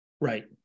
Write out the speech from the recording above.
Right